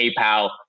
PayPal